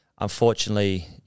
unfortunately